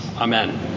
Amen